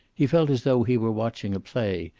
he felt as though he were watching a play,